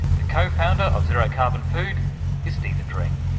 the co-founder of zero carbon food is steven dring.